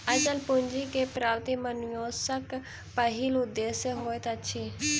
अचल पूंजी के प्राप्ति मनुष्यक पहिल उदेश्य होइत अछि